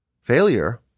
Failure